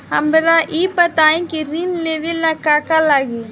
हमरा ई बताई की ऋण लेवे ला का का लागी?